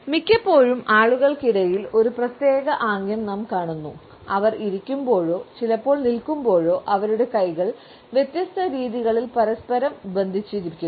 മിക്കപ്പോഴും ആളുകൾക്കിടയിൽ ഒരു പ്രത്യേക ആംഗ്യം നാം കാണുന്നു അവർ ഇരിക്കുമ്പോഴോ ചിലപ്പോൾ നിൽക്കുമ്പോഴോ അവരുടെ കൈകൾ വ്യത്യസ്ത രീതികളിൽ പരസ്പരം ബന്ധിപ്പിച്ചിരിക്കുന്നു